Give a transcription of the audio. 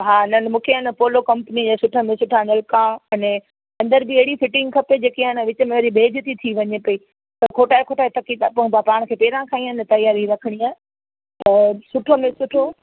हा न न मूंखे हेन अपोलो कंपनी जा सुठा में सुठा नलका अने अंदर बि अहिड़ी फिटिंग खपे जेकी आहे न विच में बेज़ती थी वञे पई त खोटाए खोटाए थकजी था पऊं पाण खे पहिरियों खां ई आहे न तयारी रखणी आहे त सुठे में सुठो